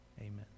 Amen